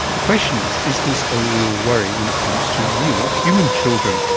the question is, is this a real worry when it comes to real human children?